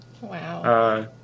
Wow